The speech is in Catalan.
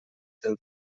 del